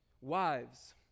Wives